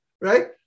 Right